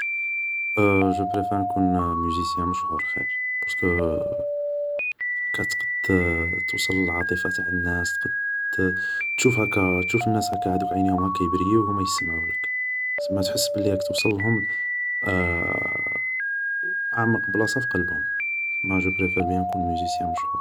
جو بريفار نكون موزيسيان مشهور خير, بارسكو هاكا تقد توصل للعاطفة تاع الناس تشوف هاكا تشوف هادوك عينيهم هاكا يبرييو و هما يسمعو فيك, سما تحس بلي راك توصللهم في اعمق بلاصة في قلبهم, سما جو بريفار بيان نكون موزيسيان مشهور